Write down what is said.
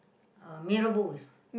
uh mee-Rebus